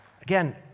Again